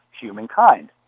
humankind